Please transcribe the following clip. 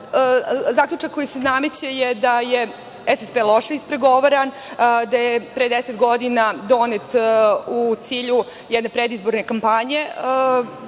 zaključak koji se nameće je da je SSP loše ispregovaran, da je pre deset godina donet u cilju jedne predizborne kampanje